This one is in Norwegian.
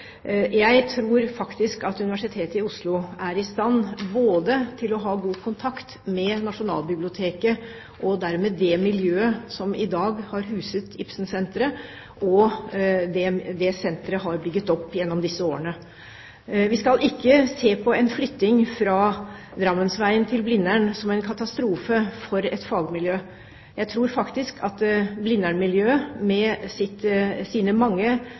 Jeg tror faktisk at Universitetet i Oslo er i stand til å ha god kontakt med både Nasjonalbiblioteket og dermed det miljøet som i dag har huset Ibsen-senteret, og det senteret har bygget opp gjennom disse årene. Vi skal ikke se på en flytting fra Drammensveien til Blindern som en katastrofe for et fagmiljø. Jeg tror at Blindern-miljøet – med sine mange